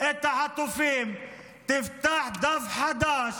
את החטופים, דף חדש.